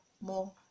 more